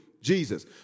Jesus